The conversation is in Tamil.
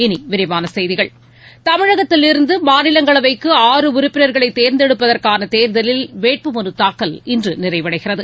இனி விரிவான செய்திகள் தமிழகத்திலிருந்து மாநிலங்களவைக்கு ஆறு உறுப்பினர்களை தேர்ந்தெடுப்பதற்கான தேர்தலில் வேட்புமனு தாக்கல் இன்று நிறைவடைகிறது